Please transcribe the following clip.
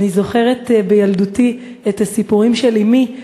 אני זוכרת בילדותי את הסיפורים של אמי,